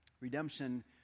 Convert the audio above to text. Redemption